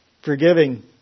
Forgiving